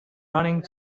running